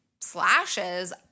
slashes